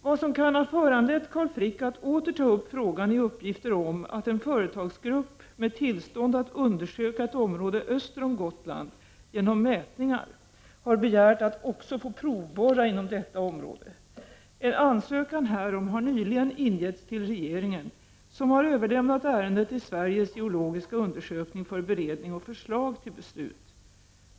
Vad som kan ha föranlett Carl Frick att åter ta upp frågan är uppgifter om att en företagsgrupp med tillstånd att undersöka ett område öster om Gotland genom mätningar har begärt att också få provborra inom detta område. En ansökan härom har nyligen ingetts till regeringen, som har överlämnat ärendet till Sveriges geologiska undersökning för beredning och förslag till beslut.